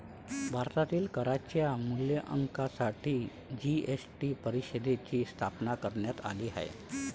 भारतातील करांच्या मूल्यांकनासाठी जी.एस.टी परिषदेची स्थापना करण्यात आली आहे